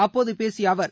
அப்போது பேசிய அவர்